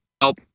help